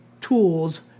tools